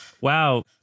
wow